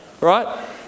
Right